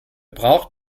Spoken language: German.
braucht